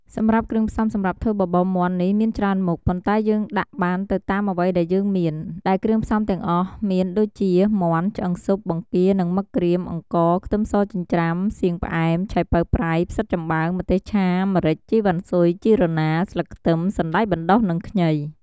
សម្រាប់គ្រឿងផ្សំសម្រាប់ធ្វើបបរមាន់នេះមានច្រើនមុខ ប៉ុន្តែយើងដាក់បានទៅតាមអ្វីដែលយើងមាន ដែលគ្រឿងផ្សំទាំងអស់មានដូចជា មាន់ ឆ្អឹងស៊ុប បង្គានិងមឹកក្រៀម អង្ករ ខ្ទឹមសចិញ្ច្រាំ សៀងផ្អែម ឆៃប៉ូវប្រៃ ផ្សិតចំបើង ម្ទេសឆា ម្រេច ជីវ៉ាន់ស៊ុយ ជីរណា ស្លឹកខ្ទឹម សណ្តែកបណ្តុះនិងខ្ញី។